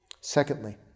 Secondly